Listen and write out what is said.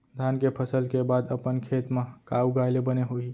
धान के फसल के बाद अपन खेत मा का उगाए ले बने होही?